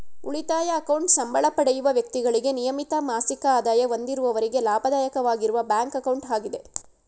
ಉಳಿತಾಯ ಅಕೌಂಟ್ ಸಂಬಳ ಪಡೆಯುವ ವ್ಯಕ್ತಿಗಳಿಗೆ ನಿಯಮಿತ ಮಾಸಿಕ ಆದಾಯ ಹೊಂದಿರುವವರಿಗೆ ಲಾಭದಾಯಕವಾಗಿರುವ ಬ್ಯಾಂಕ್ ಅಕೌಂಟ್ ಆಗಿದೆ